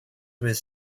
with